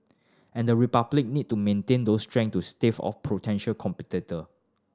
and the Republic need to maintain those strengths to stave off potential competitor